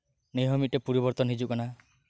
ᱱᱤᱭᱟᱹ ᱦᱚ ᱢᱤᱫᱴᱮᱱ ᱯᱚᱨᱤᱵᱚᱨᱛᱚᱱ ᱦᱤᱡᱩᱜ ᱠᱟᱱᱟ